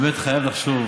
באמת חייב לחשוב